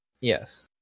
Yes